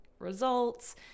results